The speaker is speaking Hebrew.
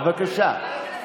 בבקשה.